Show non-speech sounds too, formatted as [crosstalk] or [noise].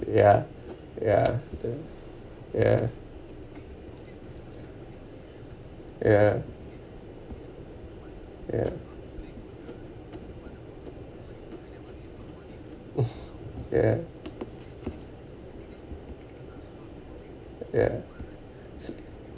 ya ya ya ya ya [laughs] ya ya